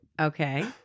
Okay